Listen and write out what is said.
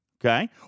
Okay